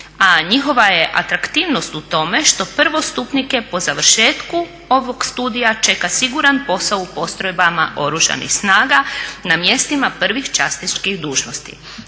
a njihova je atraktivnost u tome što prvostupnike po završetku ovog studija čeka siguran posao u postrojbama Oružanih snaga na mjestima pravih časničkih dužnosti.